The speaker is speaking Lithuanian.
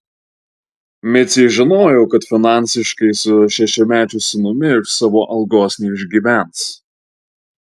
micė žinojo kad finansiškai su šešiamečiu sūnumi iš savo algos neišgyvens